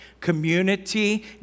community